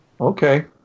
Okay